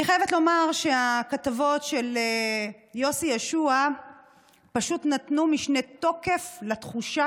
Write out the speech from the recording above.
אני חייבת לומר שהכתבות של יוסי יהושע פשוט נתנו משנה תוקף לתחושה